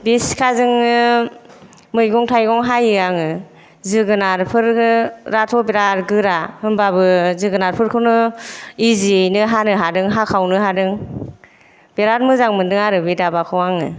बे सिखाजोंनो मैगं थाइगं हायो आङो जोगोनारफोराथ' बिराद गोरा होमबाबो जोगोनारफोरखौनो इजियैनो हानो हादों हाखावनो हादों बिराद मोजां मोन्दों आरो बे दाबाखौ आङो